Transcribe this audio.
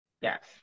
Yes